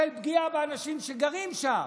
של פגיעה באנשים שגרים שם.